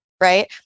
Right